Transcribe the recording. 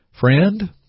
Friend